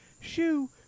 Shoo